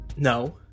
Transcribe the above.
No